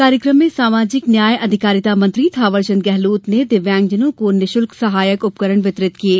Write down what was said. कार्यक्रम मे सामाजिक न्याय अधिकारिता मंत्री थावरचन्द्र गेहलोत ने दिव्यांगजनों को निशुल्क सहायक उपकरण वितरित किये